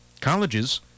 colleges